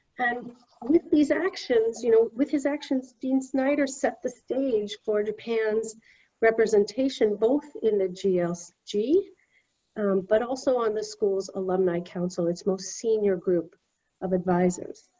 and with these actions, you know, with his actions, dean snyder set the stage for japan's representation, both in the gsg, but also on the school's alumni council, its most senior group of advisors.